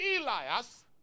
Elias